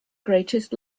greatest